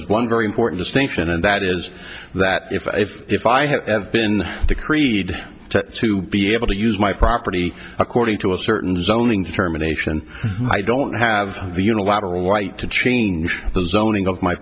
was one very important distinction and that is that if if if i had been decreed to be able to use my property according to a certain zoning determination i don't have the unilateral right to change the zoning of my